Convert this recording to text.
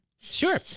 Sure